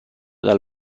dal